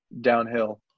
downhill